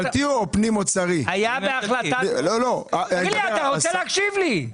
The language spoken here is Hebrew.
המאבק של פרי גליל לא היה נושא פרי אלמלא יושב ראש